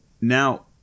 Now